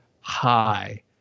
high